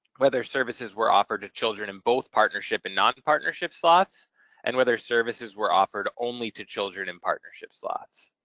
whether services were offered to children in both partnership and non-partnership slots and whether services were offered only to children in partnership slots.